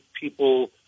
people